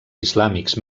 islàmics